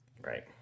right